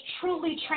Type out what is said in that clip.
truly